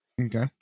Okay